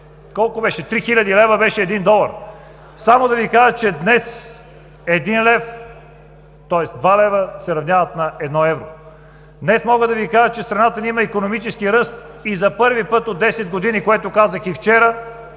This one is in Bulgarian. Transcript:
долар беше 3000 лв. Само да Ви кажа, че днес два лева се равняват на едно евро. Днес мога да Ви кажа, че страната ни има икономически ръст и за първи път от 10 години, което казах и вчера,